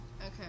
Okay